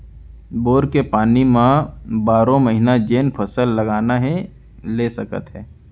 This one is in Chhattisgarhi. बोर के पानी म बारो महिना जेन फसल लगाना हे ले सकत हे